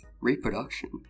reproduction